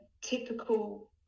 typical